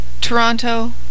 Toronto